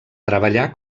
treballà